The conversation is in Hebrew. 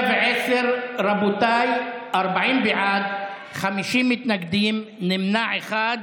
40 בעד, 50 מתנגדים, נמנע אחד.